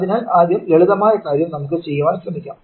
അതിനാൽ ആദ്യം ലളിതമായ കാര്യം നമുക്ക് ചെയ്യാൻ ശ്രമിക്കാം